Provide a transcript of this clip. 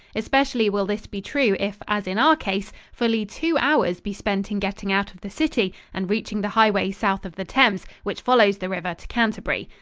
especially will this be true if, as in our case, fully two hours be spent in getting out of the city and reaching the highway south of the thames, which follows the river to canterbury.